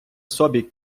собі